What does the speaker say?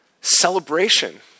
celebration